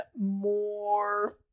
more